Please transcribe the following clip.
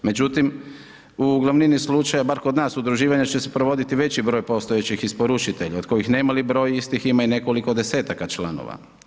Međutim, u glavnini slučaja bar kod nas udruživanje će se provoditi veći broj postojećih isporučitelja od kojih nemali broj istih ima i nekoliko 10-taka članova.